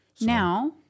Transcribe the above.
Now